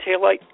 taillight